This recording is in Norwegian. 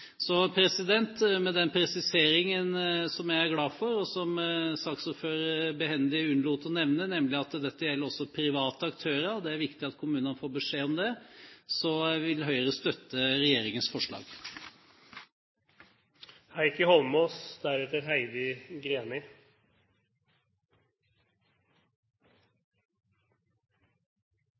Så med den presiseringen, som jeg er glad for, og som saksordføreren behendig unnlot å nevne, nemlig om at dette også gjelder private aktører – det er viktig at kommunene får beskjed om det – vil Høyre støtte regjeringens